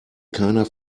keiner